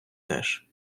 теж